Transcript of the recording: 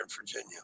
Virginia